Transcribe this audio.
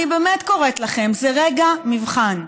אני באמת קוראת לכם: זה רגע מבחן.